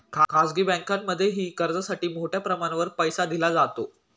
खाजगी बँकांमध्येही कर्जासाठी मोठ्या प्रमाणावर पैसा दिला जातो